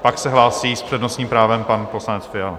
Pak se hlásí s přednostním právem pan poslanec Fiala.